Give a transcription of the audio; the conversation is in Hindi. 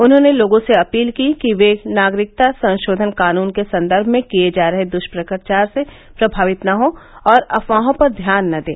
उन्होंने लोगों से अपील की कि वे नागरिकता संशोधन कानून के संदर्भ में किए जा रहे द्वष्प्रचार से प्रभावित न हो और अफवाहों पर ध्यान न दें